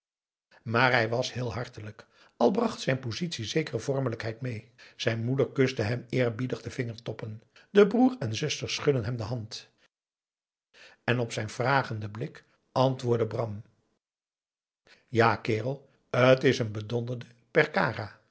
maar hij was heel hartelijk al bracht zijn positie zekere vormelijkheid mee zijn moeder kuste hem eerbiedig de vingertoppen de broer en zuster schudden hem de hand en op zijn vragenden blik antwoordde bram ja kerel t is een bedonderde